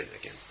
again